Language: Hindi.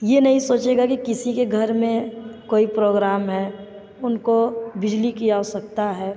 ये नहीं सोचेगा कि किसी के घर में कोई प्रोग्राम है उनको बिजली की आवश्यकता है